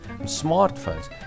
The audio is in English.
Smartphones